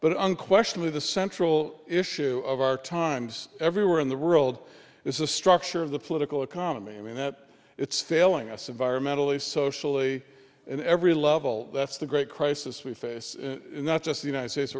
but unquestionably the central issue of our times everywhere in the world is the structure of the political economy i mean that it's failing us environmentally socially and every level that's the great crisis we face not just the united states